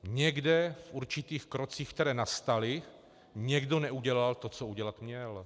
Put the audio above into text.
Někde v určitých krocích, které nastaly, někdo neudělal to, co udělat měl.